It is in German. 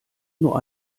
nur